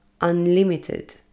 unlimited